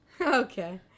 Okay